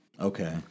Okay